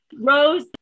rose